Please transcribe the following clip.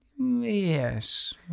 Yes